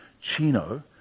Chino